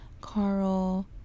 Carl